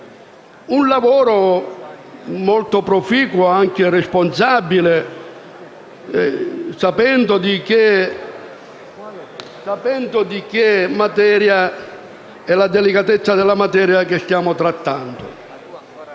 un lavoro molto proficuo ed anche responsabile, conoscendo la delicatezza della materia che stiamo trattando.